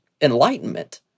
enlightenment